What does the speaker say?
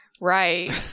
Right